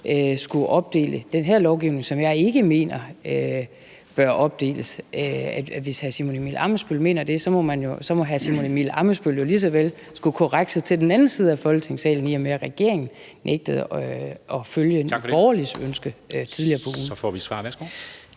skulle opdele den her lovgivning, som jeg ikke mener bør opdeles, så må hr. Simon Emil Ammitzbøll-Bille lige så vel skulle korrekse til den anden side af Folketingssalen, i og med at regeringen nægtede at følge Nye Borgerliges ønske tidligere på ugen. Kl. 11:06